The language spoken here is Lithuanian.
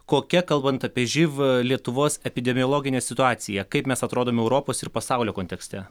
kokia kalbant apie živ lietuvos epidemiologinė situacija kaip mes atrodome europos ir pasaulio kontekste